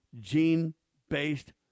gene-based